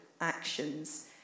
actions